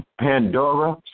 Pandora